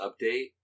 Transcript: update